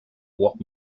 what